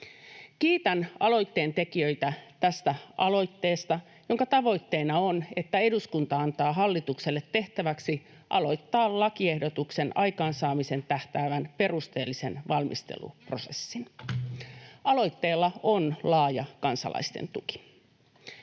Kiitän aloitteen tekijöitä tästä aloitteesta, jonka tavoitteena on, että eduskunta antaa hallitukselle tehtäväksi aloittaa lakiehdotuksen aikaansaamiseen tähtäävän perusteellisen valmisteluprosessin. Aloitteella on laaja kansalaisten tuki.